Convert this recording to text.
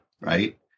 right